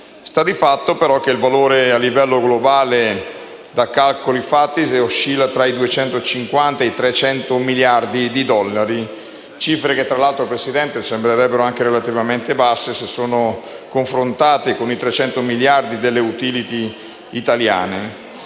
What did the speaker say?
Sta di fatto, però, che il valore a livello globale, dai calcoli fatti, oscilla tra i 250 ed i 300 miliardi di dollari, cifre che sembrerebbero anche relativamente basse, se confrontate con i 300 miliardi delle *utility* italiane.